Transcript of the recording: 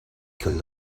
que